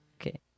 okay